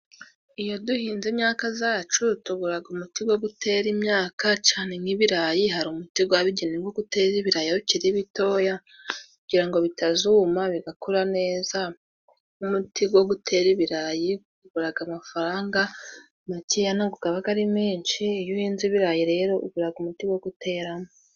Iyo duhinze imyaka zacu tuburaga umuti go gutera imyaka cane nk'ibirayi. Hari umuti gwabigenewe guteza ibirayi bikiri bitoya, kugira ngo bitazuma, bigakura neza. Nk'umuti go gutera ibirayi guguraga amafaranga makeya, ntabwo gabaga ari menshi. Iyo uhinze ibirayi rero uguraga umuti go guteramo.